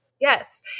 Yes